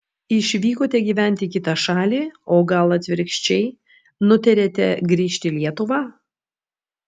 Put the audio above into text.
išvykote gyventi į kitą šalį o gal atvirkščiai nutarėte grįžti į lietuvą